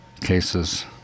cases